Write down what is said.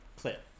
clip